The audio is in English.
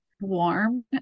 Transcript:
warm